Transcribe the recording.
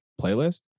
playlist